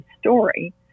story